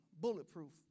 bulletproof